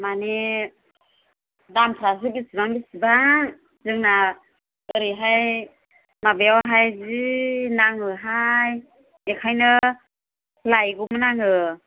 माने दामफ्रासो बेसेबां बेसेबां जोंना ओरैहाय माबायाव हाय जि नाङोहाय बेखायनो लायगौमोन आङो